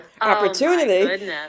opportunity